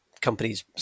companies